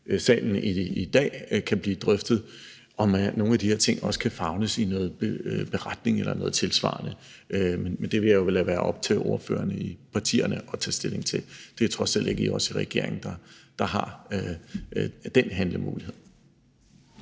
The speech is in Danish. salen i dag kan blive drøftet, om nogle af de her ting også kan favnes i en beretning eller noget tilsvarende. Men det vil jeg lade være op til ordførerne i partierne at tage stilling til. Det er trods alt ikke os i regeringen, der har den handlemulighed.